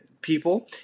people